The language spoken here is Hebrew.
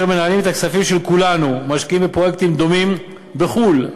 אשר מנהלים את הכספים של כולנו ומשקיעים בפרויקטים דומים בחו"ל,